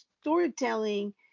storytelling